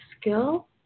skill